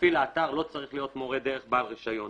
מפעיל האתר לא צריך להיות מורה דרך בעל רישיון